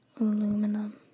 aluminum